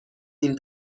این